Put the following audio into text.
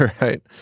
right